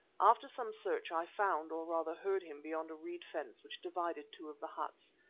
after some search i found, or rather heard him beyond a reed fence which divided two of the huts.